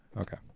Okay